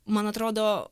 man atrodo